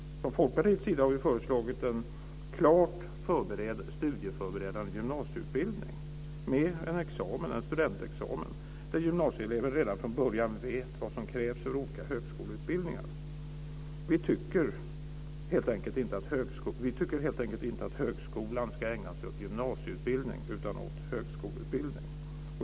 Vi har från Folkpartiets sida föreslagit en klart studieförberedande gymnasieutbildning med en studentexamen, där gymnasieelever redan från början vet vad som krävs för olika högskoleutbildningar. Vi tycker helt enkelt inte att högskolan ska ägna sig åt gymnasieutbildning utan åt högskoleutbildning.